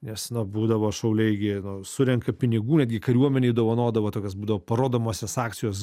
nes na būdavo šauliai gi surenka pinigų netgi kariuomenei dovanodavo tokias būdavo parodomosios akcijos